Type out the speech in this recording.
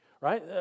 right